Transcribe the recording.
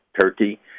Turkey